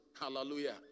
Hallelujah